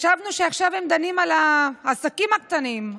חשבנו שעכשיו הם דנים על העסקים הקטנים,